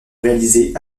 réalisée